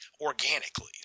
organically